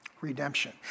Redemption